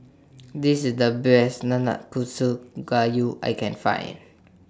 This IS The Best Nanakusa Gayu I Can Find